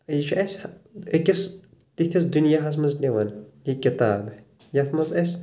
یہِ چھُ اسہِ أکِس تِتھس دُنیاہس منٛز نِوان یہِ کِتاب یتھ منٛز اسہ